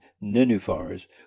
nenuphars